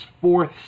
fourth